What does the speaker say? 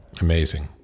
Amazing